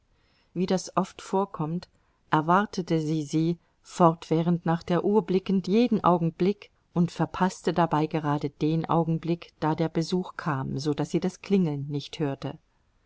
wie das oft vorkommt erwartete sie sie fortwährend nach der uhr blickend jeden augenblick und verpaßte dabei gerade den augenblick da der besuch kam so daß sie das klingeln nicht hörte